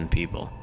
people